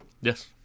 yes